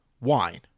wine